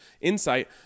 insight